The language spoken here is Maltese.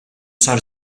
sar